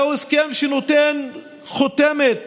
זהו הסכם שנותן חותמת